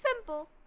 Simple